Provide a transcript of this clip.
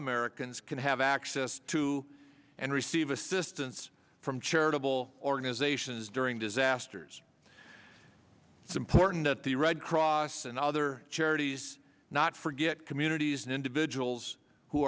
americans can have access to and receive assistance from charitable organizations during disasters it's important that the red cross and other charities not forget communities and individuals who